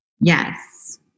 Yes